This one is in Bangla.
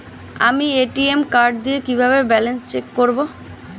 আমি এ.টি.এম কার্ড দিয়ে কিভাবে ব্যালেন্স চেক করব?